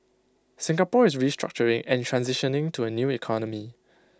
Singapore is restructuring and transitioning to A new economy